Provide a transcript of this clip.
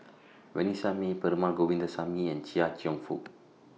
Vanessa Mae Perumal Govindaswamy and Chia Cheong Fook